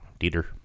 Dieter